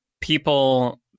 people